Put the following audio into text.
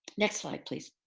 next slide, please.